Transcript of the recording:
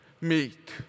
meet